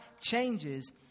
changes